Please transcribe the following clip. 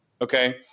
Okay